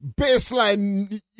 Baseline